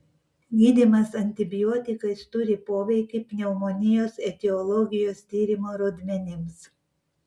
gydymas antibiotikais turi poveikį pneumonijos etiologijos tyrimo rodmenims